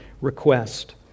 request